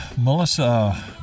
Melissa